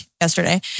yesterday